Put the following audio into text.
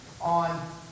on